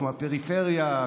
כמו הפריפריה,